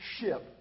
ship